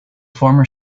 former